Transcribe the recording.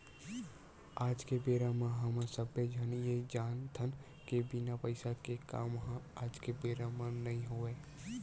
आज के बेरा म हमन सब्बे झन ये जानथन के बिना पइसा के काम ह आज के बेरा म नइ होवय